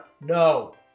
no